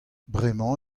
bremañ